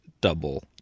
double